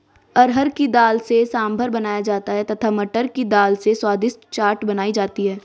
अरहर की दाल से सांभर बनाया जाता है तथा मटर की दाल से स्वादिष्ट चाट बनाई जाती है